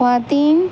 خاتین